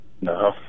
No